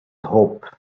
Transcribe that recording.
hope